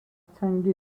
تنگی